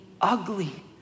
ugly